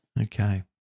Okay